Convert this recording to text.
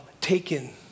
taken